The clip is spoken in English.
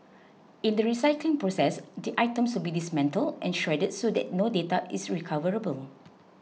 in the recycling process the items will be dismantled and shredded so that no data is recoverable